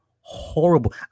horrible